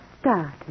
started